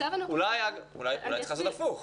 אולי צריך לעשות הפוך.